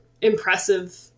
impressive